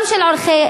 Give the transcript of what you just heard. גם של עורכי-דין,